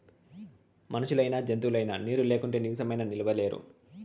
మనుషులైనా జంతువులైనా నీరు లేకుంటే నిమిసమైనా నిలువలేరు